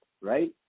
right